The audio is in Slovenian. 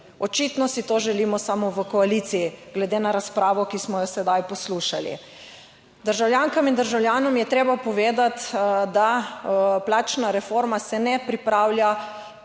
Očitno si to želimo samo v koaliciji, glede na razpravo, ki smo jo sedaj poslušali. Državljankam in državljanom je treba povedati, da plačna reforma se ne pripravlja,